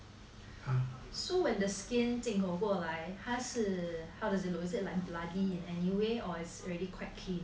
so when the skin 进口过来他是 how does it look is it like bloody in anyway or is it quite clean